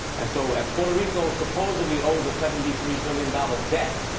and so as puerto rico supposedly owes a seventy three billion dollars debt,